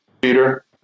Peter